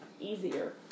Easier